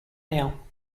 now